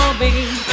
baby